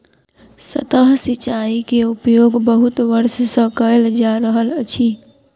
सतह सिचाई के उपयोग बहुत वर्ष सँ कयल जा रहल अछि